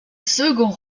seconds